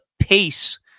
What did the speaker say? pace